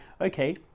okay